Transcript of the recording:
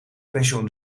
pensioen